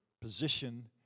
position